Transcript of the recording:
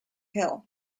hill